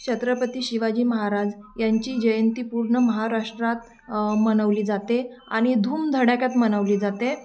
छत्रपती शिवाजी महाराज यांची जयंती पूर्ण महाराष्ट्रात मनवली जाते आणि धूमधडाक्यात मनवली जाते